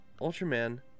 Ultraman